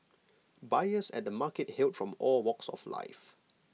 buyers at the markets hailed from all walks of life